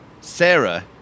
Sarah